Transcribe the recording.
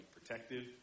protective